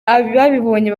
ababibonye